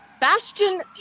Bastion